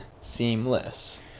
seamless